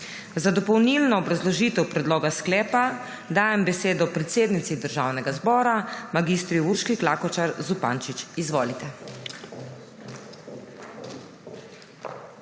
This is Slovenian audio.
Za dopolnilno obrazložitev Predloga sklepa dajem besedo predsednici Državnega zbora mag. Urški Klakočar Zupančič. Izvolite.